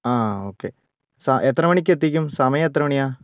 ആ ഓക്കെ എത്ര മണിക്ക് എത്തിക്കും സമയം എത്ര മണിയാണ്